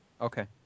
Okay